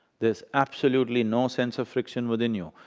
there's absolutely no sense of friction within you.